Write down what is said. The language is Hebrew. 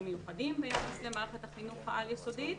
מיוחדים ביחס למערכת החינוך העל יסודי,